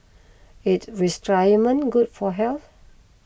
is good for health